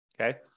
Okay